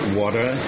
water